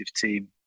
team